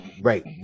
right